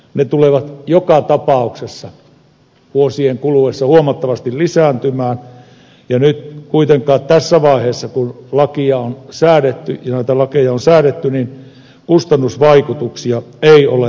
ne tulevat joka tapauksessa vuosien kuluessa huomattavasti lisääntymään ja nyt kuitenkaan tässä vaiheessa kun noita lakeja on säädetty kustannusvaikutuksia ei ole arvioitu